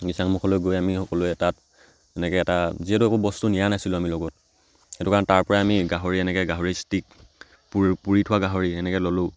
দিচাংমুখলৈ গৈ আমি সকলোৱে তাত এনেকৈ এটা যিহেতু একো বস্তু নিয়া নাছিলোঁ আমি লগত সেইটো কাৰণে তাৰপৰা আমি গাহৰি এনেকৈ গাহৰি ষ্টিক পুৰি পুৰি থোৱা গাহৰি এনেকৈ ল'লোঁ